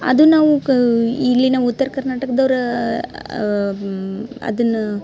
ಅದು ನಾವು ಕಾ ಇಲ್ಲಿನ ಉತ್ತರ ಕರ್ನಾಟಕದವ್ರು ಅದನ್ನು